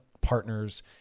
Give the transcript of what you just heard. partners